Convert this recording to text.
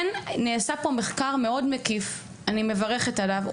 נעשה פה מחקר מאוד מקיף, ואני מברכת עליו.